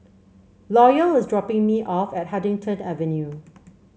Loyal is dropping me off at Huddington Avenue